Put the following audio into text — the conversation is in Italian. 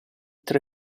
tre